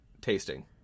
tasting